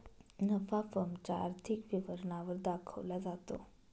नफा फर्म च्या आर्थिक विवरणा वर दाखवला जातो